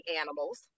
animals